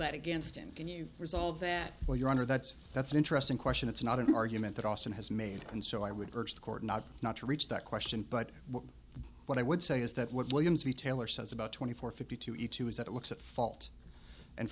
that against him can you resolve that well your honor that's that's an interesting question it's not an argument that austin has made and so i would urge the court not not to reach that question but what i would say is that what williams retailer says about twenty four fifty two e two is that it looks at fault and